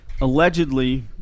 allegedly